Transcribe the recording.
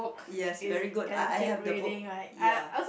yes very good I have the book ya